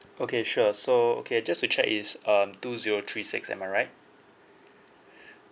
okay sure so okay just to check it's um two zero three six am I right